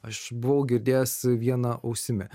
aš buvau girdėjęs viena ausimi